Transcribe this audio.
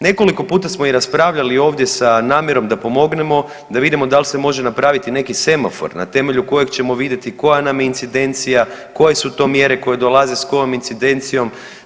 Nekoliko puta smo i raspravljali ovdje sa namjerom da pomognemo, da vidimo da li se može napraviti neki semafor na temelju kojeg ćemo vidjeti koja nam je incidencija, koje su to mjere koje dolaze s kojom incidencijom.